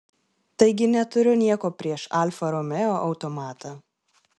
taigi neturiu nieko prieš alfa romeo automatą